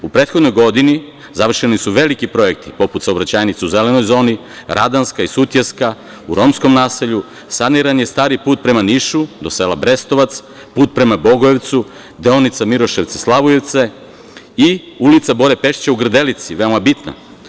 U prethodnoj godini završeni su veliki projekti, poput saobraćajnica u zelenoj zoni, Radanska i Sutjeska u Romskom naselju, saniran je stari put prema Nišu do sela Brestovac, put prema Bogojevcu, deonica Miloševci-Slavujevce i ulica Bore Pešića u Grdelici, veoma bitna.